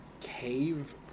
cave